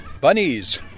Bunnies